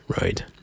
right